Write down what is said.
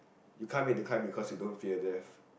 you can't make the climb because you don't death